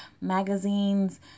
magazines